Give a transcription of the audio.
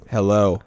Hello